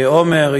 עמר,